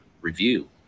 review